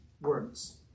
words